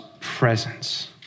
presence